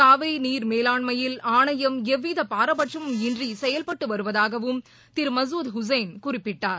காவிரி நீர் மேலாண்மையில் ஆணையம் எவ்வித பாரபட்சமும் இன்றி செயல்பட்டு வருவதாகவும் திரு மசூத் ஹூசைன் குறிப்பிட்டார்